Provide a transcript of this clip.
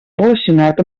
relacionat